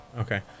Okay